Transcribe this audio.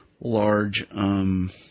large